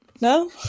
No